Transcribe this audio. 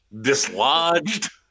dislodged